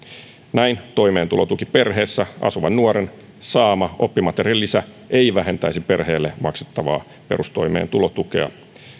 näin toimeentulotukiperheessä asuvan nuoren saama oppimateriaalilisä ei vähentäisi perheelle maksettavaa perustoimeentulotukea